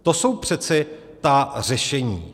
To jsou přece ta řešení.